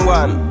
one